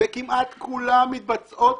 וכמעט כולם מתבצעים